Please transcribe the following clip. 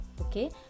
okay